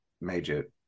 major